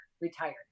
retired